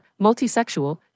multisexual